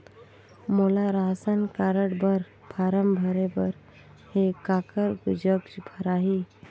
मोला ration card बर form भरे बर हे काकर जग भराही?